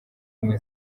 ubumwe